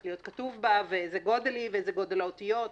להיות כתוב בה ואיזה גודל והיא ואיזה גודל האותיות וכו'.